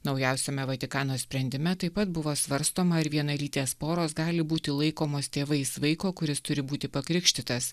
naujausiame vatikano sprendime taip pat buvo svarstoma ar vienalytės poros gali būti laikomos tėvais vaiko kuris turi būti pakrikštytas